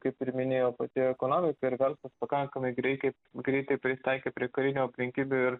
kaip ir minėjau pati ekonomika ir verslas pakankamai greitai greitai prisitaikė prie karinių aplinkybių ir